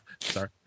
sorry